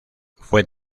fue